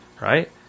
right